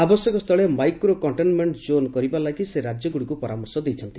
ଆବଶ୍ୟକସ୍ଥଳେ ମାଇକ୍ରୋ କକ୍ଷେନ୍ମେଙ୍କ ଜୋନ୍ କରିବା ଲାଗି ସେ ରାକ୍ୟଗୁଡ଼ିକୁ ପରାମର୍ଶ ଦେଇଛନ୍ତି